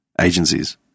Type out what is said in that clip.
agencies